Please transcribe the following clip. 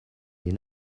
les